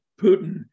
Putin